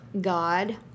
God